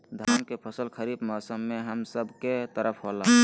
धान के फसल खरीफ मौसम में हम सब के तरफ होला